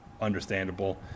understandable